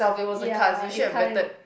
ya it kind